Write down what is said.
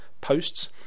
posts